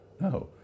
No